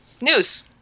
news